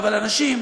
אבל אנשים,